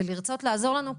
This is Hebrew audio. ולרצות לעזור לנו,